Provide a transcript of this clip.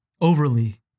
overly